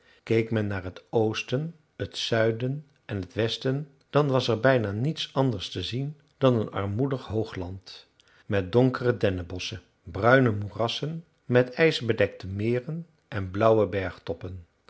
keek men naar het oosten het zuiden en het westen dan was er bijna niets anders te zien dan een armoedig hoogland met donkere dennenbosschen bruine moerassen met ijs bedekte meren en blauwe